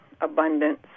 abundance